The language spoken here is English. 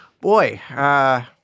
Boy